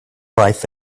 life